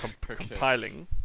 compiling